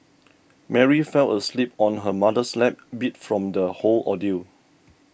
Mary fell asleep on her mother's lap beat from the whole ordeal